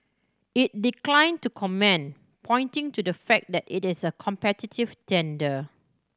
it declined to comment pointing to the fact that it is a competitive tender